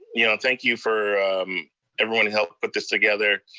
yeah thank you for everyone who helped put this together.